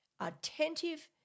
attentive